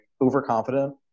overconfident